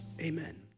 Amen